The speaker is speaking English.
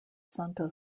santo